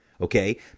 Okay